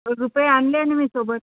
रुपये आणले न मी सोबत